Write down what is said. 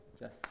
Yes